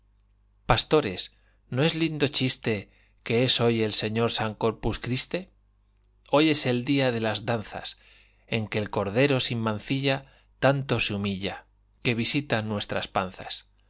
pastores no es lindo chiste que es hoy el señor san corpus criste hoy es el día de las danzas en que el cordero sin mancilla tanto se humilla que visita nuestras panzas